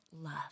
love